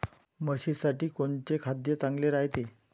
म्हशीसाठी कोनचे खाद्य चांगलं रायते?